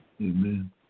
Amen